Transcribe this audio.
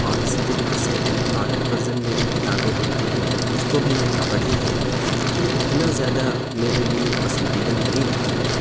اور اسی طریقے سے الیکٹرانک ورزن میں جو کتابیں ہوتی ہیں اس کو بھی میں نے پڑھی ہیں لیکن اتنا زیادہ میرے لیے پسندیدہ نہیں رہا ہے